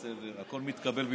הכול בסדר, הכול מתקבל בברכה.